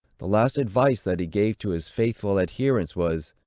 the last advice that he gave to his faithful adherents, was,